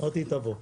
אמרתי תבוא.